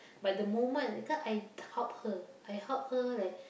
but the moment cause I help her I help her like